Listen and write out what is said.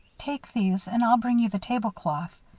take these and i'll bring you the tablecloth.